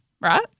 Right